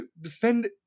defend